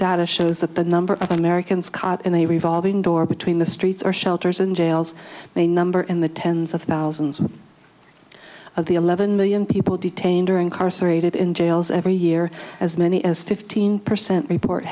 data shows that the number of americans caught in the revolving door between the streets our shelters and jails may number in the tens of thousands of the eleven million people detained or incarcerated in jails every year as many as fifteen percent report